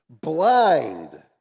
Blind